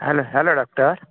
hello hello doctor